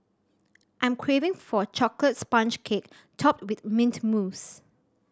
I'm craving for a chocolate sponge cake topped with mint mousse